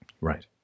Right